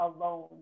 alone